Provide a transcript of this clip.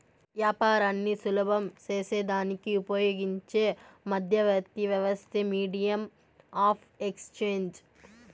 యాపారాన్ని సులభం సేసేదానికి ఉపయోగించే మధ్యవర్తి వ్యవస్థే మీడియం ఆఫ్ ఎక్స్చేంజ్